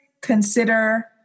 consider